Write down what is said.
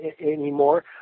anymore